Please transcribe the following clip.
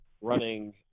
running